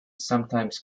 sometimes